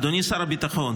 אדני שר הביטחון,